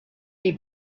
est